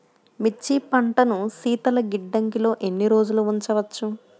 మిర్చి పంటను శీతల గిడ్డంగిలో ఎన్ని రోజులు ఉంచవచ్చు?